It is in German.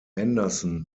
anderson